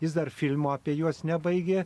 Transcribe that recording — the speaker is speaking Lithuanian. jis dar filmo apie juos nebaigė